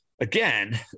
again